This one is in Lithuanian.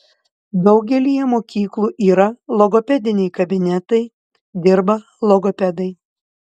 daugelyje mokyklų yra logopediniai kabinetai dirba logopedai